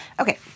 Okay